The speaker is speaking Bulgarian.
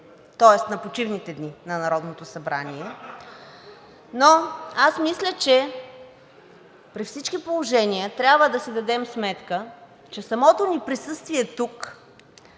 тоест на почивните дни на Народното събрание. Но аз мисля, че при всички положения трябва да си дадем сметка, че самото ни присъствие тук